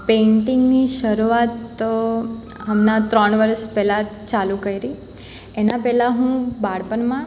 પેઇન્ટિંગની શરૂઆત તો હમણાં ત્રણ વરસ પહેલાં જ ચાલુ કરી એના પહેલાં હું બાળપણમાં